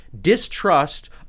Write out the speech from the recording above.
distrust